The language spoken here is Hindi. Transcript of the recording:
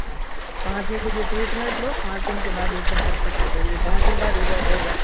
हाँ पाँच दिन की ट्रीटमेंट लो पाँच दिन के बाद एक दम परफेक्ट हो जाओगे पाँच दिन बाद एक बार और वापस